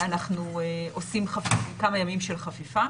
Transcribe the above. אנחנו עושים כמה ימים של חפיפה.